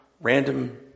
random